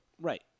Right